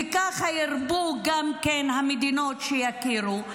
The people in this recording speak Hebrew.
וככה ירבו המדינות שיכירו,